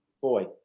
boy